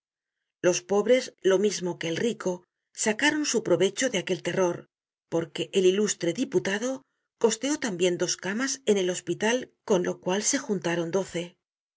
los pobres lo mismo que el rico sacaron su provecho de aquel terror porque el ilustre diputado costeó tambien dos camas en el hospital con lo cual se juntaron doce